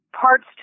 parts